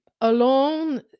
alone